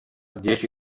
dieci